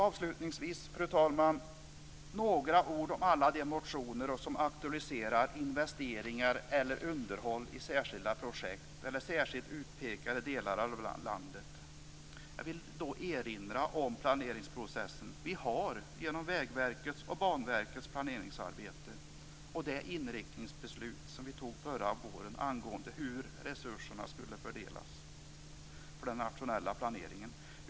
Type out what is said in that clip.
Avslutningsvis, fru talman, vill jag säga några ord om alla de motioner som aktualiserar investeringar eller underhåll i särskilda projekt eller särskilt utpekade delar av landet. Jag vill då erinra om planeringsprocessen. Vi har Vägverkets och Banverkets planeringsarbete och det inriktningsbeslut som vi fattade förra våren angående hur resurserna skulle fördelas för den nationella planeringen.